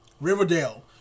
Riverdale